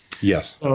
Yes